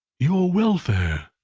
your welfare!